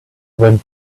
went